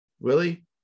Willie